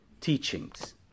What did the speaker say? teachings